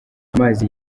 amazi